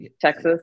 Texas